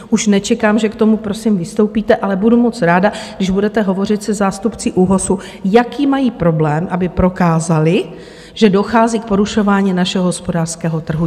Už nečekám, že k tomu vystoupíte, ale budu moc ráda, když budete hovořit se zástupci ÚOHSu, jaký mají problém, aby prokázali, že dochází k porušování našeho hospodářského trhu.